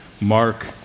Mark